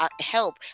help